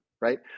right